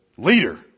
leader